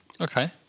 okay